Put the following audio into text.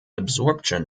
absorption